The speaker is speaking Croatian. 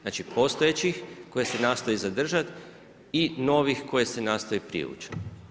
Znači postojećih koje se nastoji zadržati i novih koje se nastoji privući.